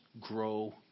grow